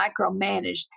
micromanaged